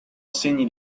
segni